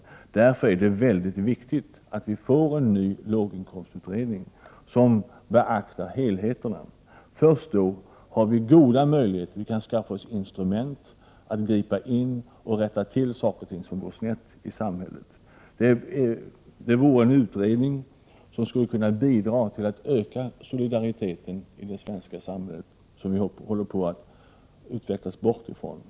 Av det skälet är det oerhört viktigt att vi får en ny låginkomstutredning som beaktar helheten. Först då har vi goda möjligheter att skaffa oss instrument för att gripa in och rätta till saker och ting som gått snett i samhället. Det vore en utredning som skulle kunna bidra till att öka solidariteten i det svenska samhället som vi håller på att utvecklas bort ifrån.